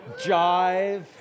jive